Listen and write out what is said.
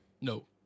No